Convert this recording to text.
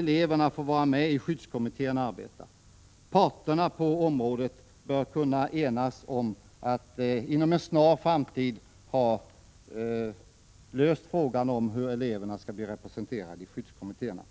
eleverna får vara med i skyddskommittéerna. Arbetsmarknadens parter bör kunna enas om att inom en snar framtid lösa frågan om hur eleverna kan bli representerade i skyddskommittéerna.